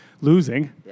losing